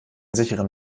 sicheren